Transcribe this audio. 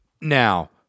now